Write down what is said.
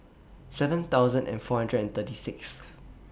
seven thousand and four hundred and thirty Sixth